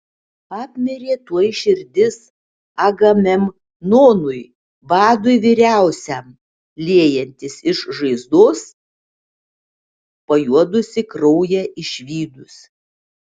apmirė tuoj širdis agamemnonui vadui vyriausiam liejantis iš žaizdos pajuodusį kraują išvydus